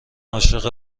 عاشق